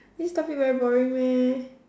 this topic very boring meh